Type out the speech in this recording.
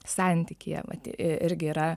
santykyje vat irgi yra